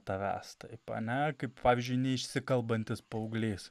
tavęs taip ar ne kaip pavyzdžiui neišsikalbantis paauglys